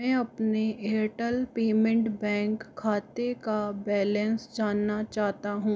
मैं अपने Airtel payment bank खाते का बैलेंस जानना चाहता हूँ